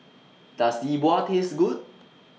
Does Yi Bua Taste Good